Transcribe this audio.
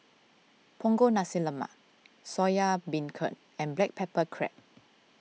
Punggol Nasi Lemak Soya Beancurd and Black Pepper Crab